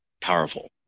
powerful